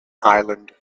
island